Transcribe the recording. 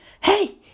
Hey